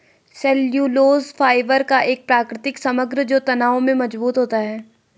cellulose fibre का एक प्राकृतिक समग्र जो तनाव में मजबूत होता है